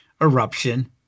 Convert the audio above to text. eruption